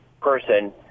person